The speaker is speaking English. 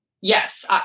Yes